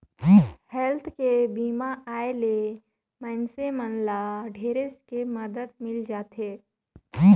health के बीमा आय ले मइनसे मन ल ढेरेच के मदद मिल जाथे